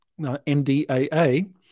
NDAA